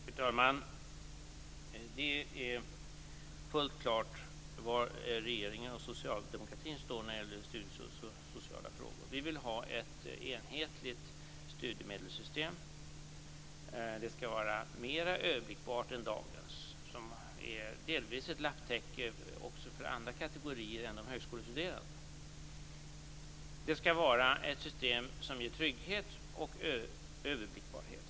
Fru talman! Det är fullt klart var regeringen och socialdemokratin står i studiesociala frågor. Vi vill ha ett enhetligt studiemedelssystem. Det skall vara mera överblickbart än dagens, som delvis är ett lapptäcke också för andra kategorier än de högskolestuderande. Det skall vara ett system som ger trygghet och överblickbarhet.